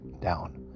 down